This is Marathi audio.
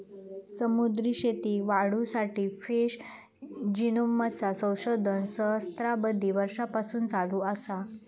समुद्री शेतीक वाढवुसाठी फिश जिनोमचा संशोधन सहस्त्राबधी वर्षांपासून चालू असा